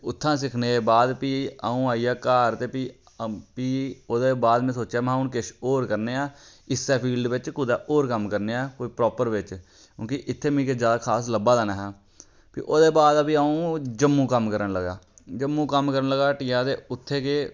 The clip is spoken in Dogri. उत्थां सिक्खने दे बाद फ्ही अ'ऊ आई गेआ घर फ्ही फ्ही ओह्दे बाद में सोचेआ महां हून किश होर करने आं इस्सै फील्ड बिच्च कुदै होर कम्म करने आं कोई प्रॉपर वे बिच्च क्योंकि इत्थें मिगी ज्यादा खास लब्भा दा नेहा फ्ही ओह्दे बाद फ्ही अ'ऊं जम्मू कम्म करन लगा जम्मू कम्म करना लगा ह्ट्टियै ते उत्थें के